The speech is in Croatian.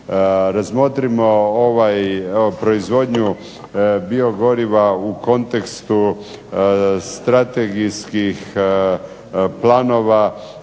Razmotrimo proizvodnju biogoriva u kontekstu strategijskih planova